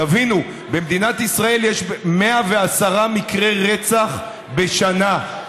תבינו, במדינת ישראל יש 110 מקרי רצח בשנה,